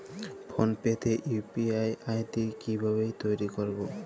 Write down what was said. Phone pay তে UPI ID কি ভাবে তৈরি করবো?